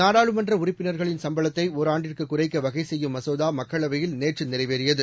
நாடாளுமன்ற உறுப்பினர்களின் சம்பளத்தை ஒராண்டுக்கு குறைக்க வகைசெய்யும் மசோதா மக்களவையில் நேற்று நிறைவேறியது